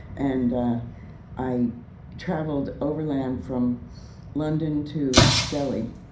and ah i traveled overland from london to delhi.